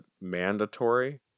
mandatory